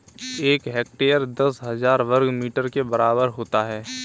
एक हेक्टेयर दस हजार वर्ग मीटर के बराबर होता है